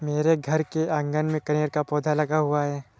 मेरे घर के आँगन में कनेर का पौधा लगा हुआ है